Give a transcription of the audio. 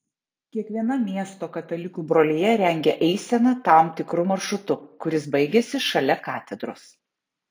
kiekviena miesto katalikų brolija rengia eiseną tam tikru maršrutu kuris baigiasi šalia katedros